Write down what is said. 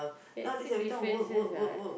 ya I say differences what